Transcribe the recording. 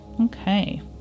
Okay